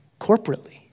corporately